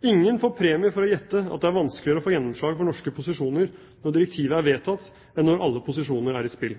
Ingen får premie for å gjette at det er vanskeligere å få gjennomslag for norske posisjoner når direktivet er vedtatt, enn når alle posisjoner er i spill.